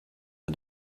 mit